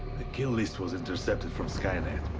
kill list was intercepted from skynet.